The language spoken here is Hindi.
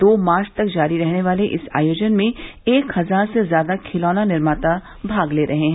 दो मार्च तक जारी रहने वाले इस आयोजन में एक हजार से ज्यादा खिलौना निर्माता भाग ले रहे हैं